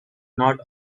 not